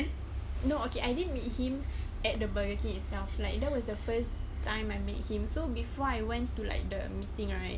no okay I didn't meet him at the burger king itself like that was the first time I met him so before I went to like the meeting right